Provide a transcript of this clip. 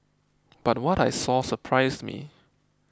but what I saw surprised me